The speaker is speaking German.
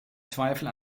zweifel